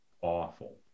awful